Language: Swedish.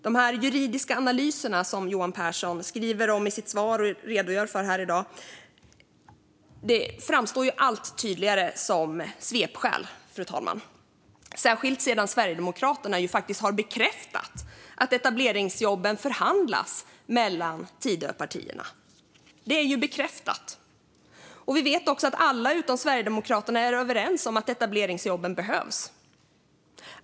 De juridiska analyser som Johan Pehrson redogör för i sitt svar här i dag framstår allt tydligare som svepskäl, fru talman, särskilt sedan Sverigedemokraterna faktiskt har bekräftat att etableringsjobben förhandlas mellan Tidöpartierna. Det är ju bekräftat. Vi vet också att alla utom Sverigedemokraterna är överens om att etableringsjobben behövs.